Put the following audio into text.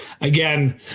again